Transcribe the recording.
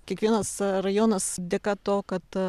kiekvienas rajonas dėka to kad